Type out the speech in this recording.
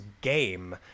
game